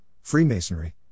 Freemasonry